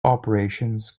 operations